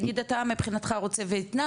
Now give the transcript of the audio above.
נגיד אתה מבחינתך רוצה ויאטנם,